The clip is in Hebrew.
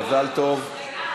מזל טוב.